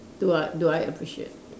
do I do I appreciate